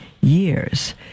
years